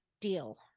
deal